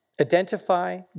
Identify